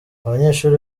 abanyeshuri